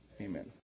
amen